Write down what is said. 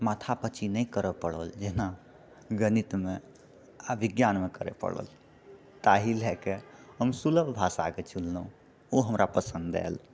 माथापच्ची नहि करय पड़ल जेना गणितमे आ विज्ञानमे करय पड़ल ताहिलके हम सुलभ भाषाके चुनलहुँ ओ हमरा पसन्द आयल